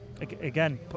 Again